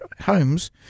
homes